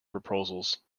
proposals